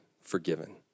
forgiven